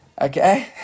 Okay